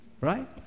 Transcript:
right